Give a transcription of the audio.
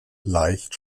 leicht